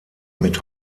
mit